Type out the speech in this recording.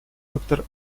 доктор